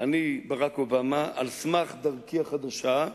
אני ברק אובמה, על סמך דרכי החדשה.